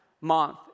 month